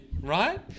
right